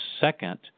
Second